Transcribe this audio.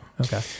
Okay